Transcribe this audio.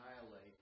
annihilate